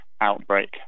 outbreak